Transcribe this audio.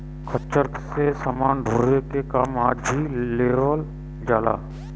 खच्चर से समान ढोवे के काम आज भी लेवल जाला